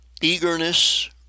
eagerness